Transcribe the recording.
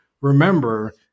Remember